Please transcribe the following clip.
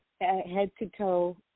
Head-to-toe